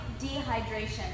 dehydration